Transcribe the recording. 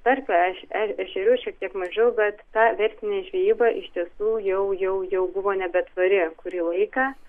karpių eš e ešerių šiek tiek mažiau bet ta verslinė žvejyba iš tiesų jau jau jau buvo nebetvari kurį laiką